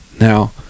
Now